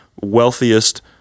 wealthiest